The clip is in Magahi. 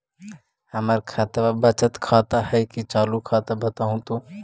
हमर खतबा बचत खाता हइ कि चालु खाता, बताहु तो?